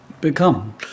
become